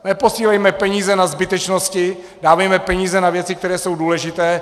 Neposílejme peníze na zbytečnosti, dávejme peníze na věci, které jsou důležité.